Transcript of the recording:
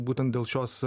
būtent dėl šios